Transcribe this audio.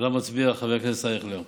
שעליו מצביע חבר הכנסת אייכלר.